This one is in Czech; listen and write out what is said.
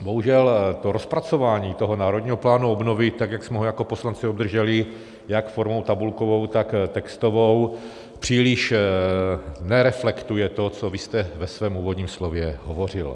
Bohužel to rozpracování Národního plánu obnovy tak, jak jsme ho jako poslanci obdrželi, jak formou tabulkovou, tak textovou příliš nereflektuje to, co vy jste ve svém úvodním slově hovořil.